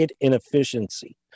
inefficiency